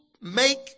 make